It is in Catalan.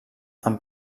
amb